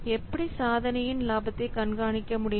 எப்படி சாதனையின் லாபத்தை கண்காணிக்க முடியும்